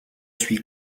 suis